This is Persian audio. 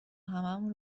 هممون